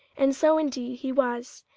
and so indeed he was.